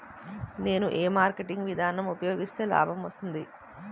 నేను ఏ మార్కెటింగ్ విధానం ఉపయోగిస్తే లాభం వస్తుంది?